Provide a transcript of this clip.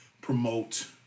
promote